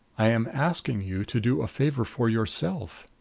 i am asking you to do a favor for yourself.